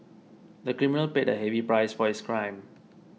the criminal paid a heavy price for his crime